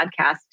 podcast